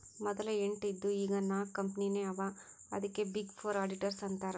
ಮದಲ ಎಂಟ್ ಇದ್ದು ಈಗ್ ನಾಕ್ ಕಂಪನಿನೇ ಅವಾ ಅದ್ಕೆ ಬಿಗ್ ಫೋರ್ ಅಡಿಟರ್ಸ್ ಅಂತಾರ್